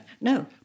No